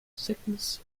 sickness